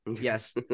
Yes